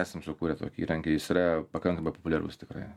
esam sukūrę tokį įrankį jis yra pakankamai populiarus tikrai